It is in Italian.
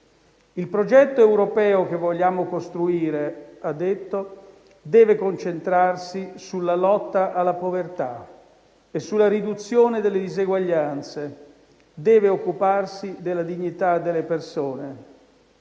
«Il progetto europeo che vogliamo costruire - ha detto - deve concentrarsi sulla lotta alla povertà e sulla riduzione delle diseguaglianze, deve occuparsi della dignità delle persone,